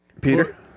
Peter